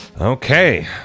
Okay